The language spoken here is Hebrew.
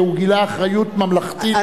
והוא גילה אחריות ממלכתית,